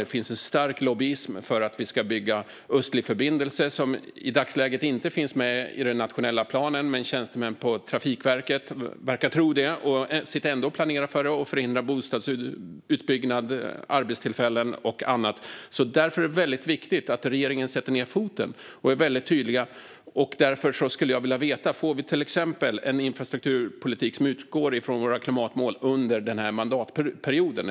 Det finns också en stark lobbyism för att vi ska bygga Östlig förbindelse. Detta projekt finns i dagsläget inte med i den nationella planen, men tjänstemän på Trafikverket verkar tro det. De sitter och planerar för det och förhindrar bostadsutbyggnad, arbetstillfällen och annat. Därför är det viktigt att regeringen sätter ned foten och är väldigt tydlig. Jag skulle till exempel vilja veta: Får vi en infrastrukturpolitik som utgår från våra klimatmål under den här mandatperioden?